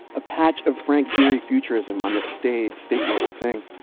a patch of frank ghery futurism on this staid, stately old thing.